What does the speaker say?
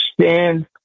stand